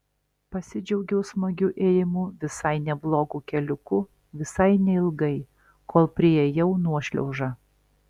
pasidžiaugiau smagiu ėjimu visai neblogu keliuku visai neilgai kol priėjau nuošliaužą